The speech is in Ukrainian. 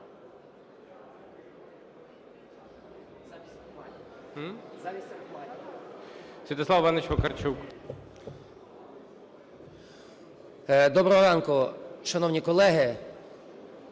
Доброго ранку, шановні колеги!